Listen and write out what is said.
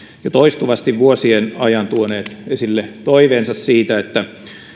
jo vuosien ajan tuoneet esille toiveensa siitä että